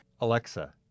Alexa